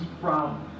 problem